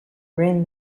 ruin